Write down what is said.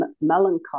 melancholy